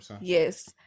Yes